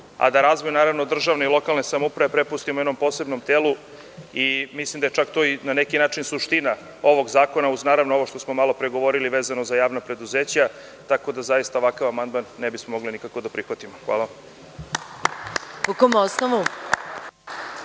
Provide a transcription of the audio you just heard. a da razvoj državne i lokalne prepustimo jednom posebnom telu. Mislim da je to na neki način suština ovog zakona, uz ovo o čemu smo malopre govorili vezano za javna preduzeća, tako da ovakav amandman ne bismo mogli da prihvatimo. Hvala.